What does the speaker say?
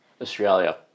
Australia